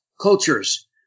cultures